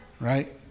right